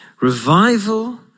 Revival